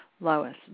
Lois